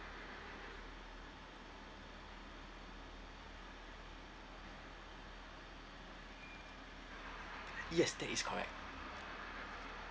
yes that is correct